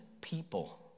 people